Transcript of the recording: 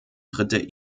dritte